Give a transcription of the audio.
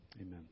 Amen